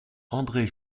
andré